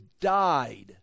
died